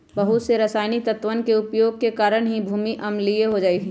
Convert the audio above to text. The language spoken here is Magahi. बहुत से रसायनिक तत्वन के उपयोग के कारण भी भूमि अम्लीय हो जाहई